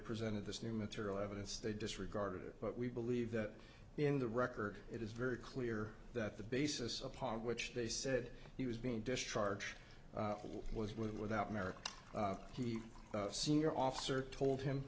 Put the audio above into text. presented this new material evidence they disregarded it but we believe that in the record it is very clear that the basis upon which they said he was being discharge was without merit he senior officer told him